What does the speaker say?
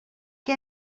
què